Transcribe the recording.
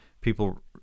people